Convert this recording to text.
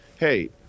hey